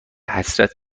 حسرت